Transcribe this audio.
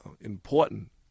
important